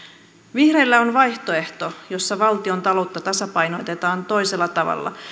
vihreillä on vaihtoehto jossa valtiontaloutta tasapainotetaan toisella tavalla